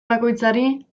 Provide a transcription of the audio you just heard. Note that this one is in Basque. bakoitzari